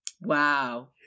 Wow